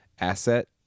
asset